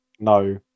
No